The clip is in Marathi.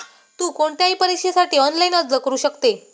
तु कोणत्याही परीक्षेसाठी ऑनलाइन अर्ज करू शकते